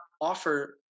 offer